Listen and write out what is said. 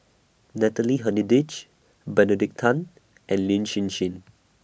Natalie Hennedige Benedict Tan and Lin Hsin Hsin